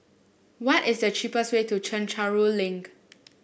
why is the cheapest way to Chencharu Link